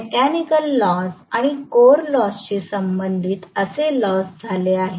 mechanical loss आणि core लॉसशी संबंधित असे लॉस झाले आहे